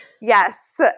Yes